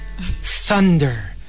Thunder